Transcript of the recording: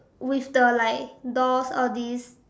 with the like doors all these